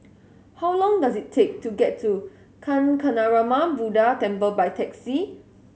how long does it take to get to Kancanarama Buddha Temple by taxi